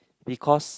because